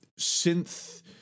synth